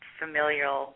familial